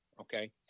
Okay